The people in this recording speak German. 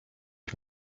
ich